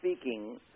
speaking